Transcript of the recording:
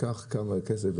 תיקח כסף,